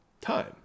time